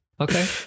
Okay